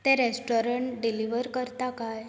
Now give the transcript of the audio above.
तें restaurant deliver करता काय